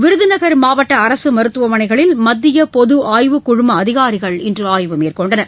விருதுநகர் மாவட்ட அரசு மருத்துவமனைகளில் மத்திய பொது ஆய்வுக் குழும அதிகாரிகள் இன்று ஆய்வு மேற்கொண்டனர்